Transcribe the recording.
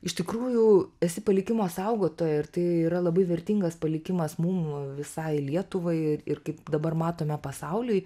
iš tikrųjų esi palikimo saugotoja ir tai yra labai vertingas palikimas mum visai lietuvai ir kaip dabar matome pasauliui